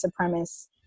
supremacist